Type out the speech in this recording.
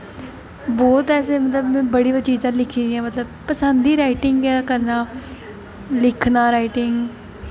मतलब बहोत ऐसे मतलब बड़ियां ऐसियां चीज़ां लिखी दियां मतलब पसंद ई राइटिंग करना लिखना राइटिंग